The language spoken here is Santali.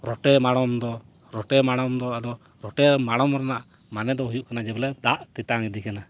ᱨᱚᱴᱮ ᱢᱟᱲᱚᱢ ᱫᱚ ᱨᱚᱴᱮ ᱢᱟᱲᱚᱢ ᱫᱚ ᱟᱫᱚ ᱨᱚᱴᱮ ᱢᱟᱲᱚᱢ ᱨᱮᱱᱟᱜ ᱢᱟᱱᱮ ᱫᱚ ᱦᱩᱭᱩᱜ ᱠᱟᱱᱟ ᱡᱮᱵᱚᱞᱮ ᱫᱟᱜ ᱛᱮᱛᱟᱝ ᱮᱫᱮᱠᱟᱱᱟ